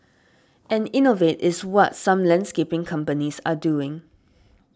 and innovate is what some landscaping companies are doing